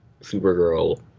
Supergirl